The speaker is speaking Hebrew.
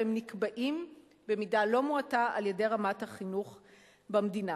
והם נקבעים במידה לא מועטה על-ידי רמת החינוך במדינה.